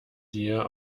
dir